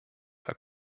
herr